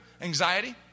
anxiety